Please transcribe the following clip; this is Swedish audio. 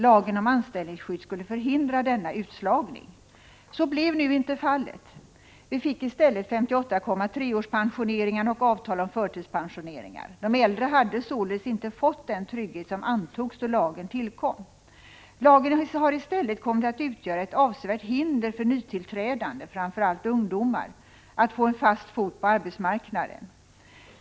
Lagen om anställningsskydd skulle förhindra denna utslagning. Så blev nu inte fallet. Vi fick i stället 58,3-årspensioneringarna och avtal om förtidspensioneringar. De äldre har således inte fått den trygghet som antogs då lagen tillkom. Lagen har ii stället kommit att utgöra ett avsevärt hinder för nytillträdande, framför allt ungdomar, att få en fast fot på arbetsmarknaden.